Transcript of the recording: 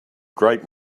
great